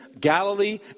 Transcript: Galilee